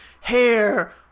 hair